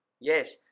Yes